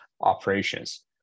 operations